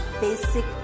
basic